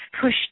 push